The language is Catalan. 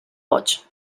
boig